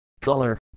color